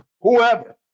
whoever